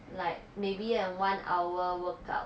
like maybe an one hour workout